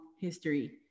history